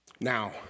Now